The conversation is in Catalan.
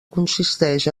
consisteix